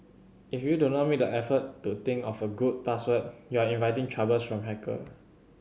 if you do not make the effort to think of a good password you are inviting troubles from hacker